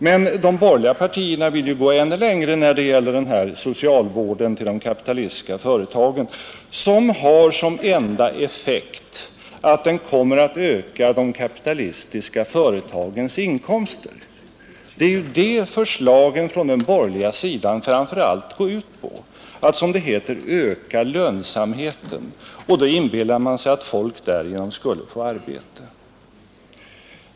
Men de borgerliga partierna vill gå ännu längre när det gäller den här socialvården till de kapitalistiska företagen, vilken har som enda effekt att den kommer att öka de kapitalistiska företagens inkomster. Förslagen från den borgerliga sidan går ju framför allt ut på att, som det heter, öka lönsamheten. Man inbillar sig att folk därigenom skulle få arbete.